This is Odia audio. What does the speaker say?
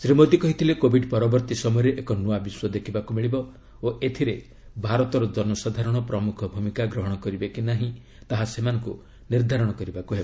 ଶ୍ରୀ ମୋଦୀ କହିଥିଲେ କୋବିଡ୍ ପରବର୍ତ୍ତୀ ସମୟରେ ଏକ ନୂଆ ବିଶ୍ୱ ଦେଖିବାକୁ ମିଳିବ ଓ ଏଥିରେ ଭାରତର ଜନସାଧାରଣ ପ୍ରମୁଖ ଭୂମିକା ଗ୍ରହଣ କରିବେ କି ନାହିଁ ତାହା ସେମାନଙ୍କୁ ନିର୍ଦ୍ଧାରଣ କରିବାକୁ ହେବ